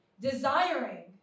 desiring